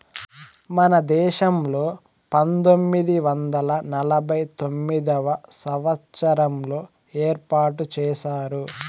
మన దేశంలో పంతొమ్మిది వందల నలభై తొమ్మిదవ సంవచ్చారంలో ఏర్పాటు చేశారు